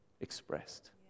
expressed